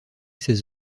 ces